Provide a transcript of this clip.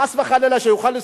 חס וחלילה שהוא יוכל,